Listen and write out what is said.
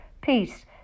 peace